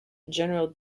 general